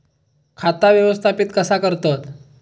खाता व्यवस्थापित कसा करतत?